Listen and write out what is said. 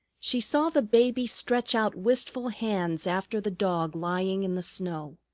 she saw the baby stretch out wistful hands after the dog lying in the snow.